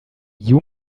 you